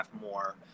more